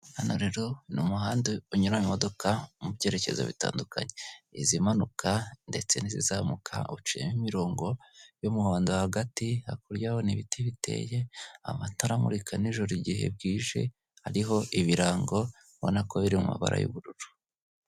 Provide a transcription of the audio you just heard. Hano rero ni umuhanda unyuramo imodoka mu byerekezo bitandukanye izimanuka ndetse n'izizamuka uciyemo imirongo y'umuhondo hagati hakurya urahabona ibiti biteye, amatara amurika nijoro igihe bwije ariho ibirango ubona ko ari mu ibara ry'ubururu.